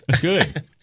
good